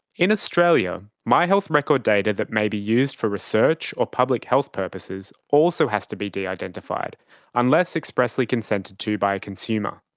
in australia, my health record data that may be used for research or public health purposes also has to be de-identified unless expressly consented to by a consumer.